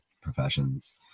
professions